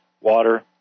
water